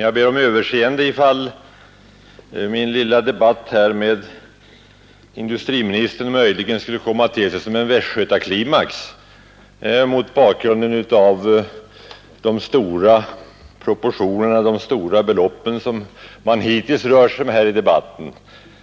Jag ber om överseende ifall min lilla debatt här med industriministern möjligen skulle komma att te sig som en västgötaklimax mot bakgrunden av de stora belopp som man hittills rört sig med i debatten